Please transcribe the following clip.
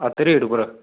अद्ध रेट उप्पर